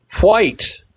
White